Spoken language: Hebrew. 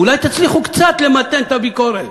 אולי תצליחו קצת למתן את הביקורת.